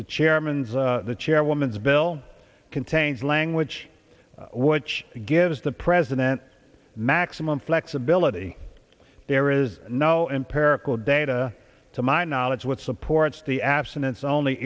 the chairman's the chairwoman this bill contains language which gives the president maximum flexibility there is no imperil data to my knowledge what supports the abstinence only